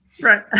Right